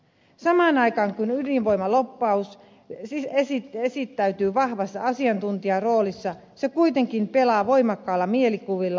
samaan aikaan kun ydinvoimalobbaus esittäytyy vahvassa asiantuntijaroolissa se kuitenkaan pelaa voimakkailla mielikuvilla